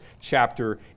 chapter